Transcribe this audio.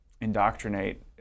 indoctrinate